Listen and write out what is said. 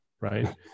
right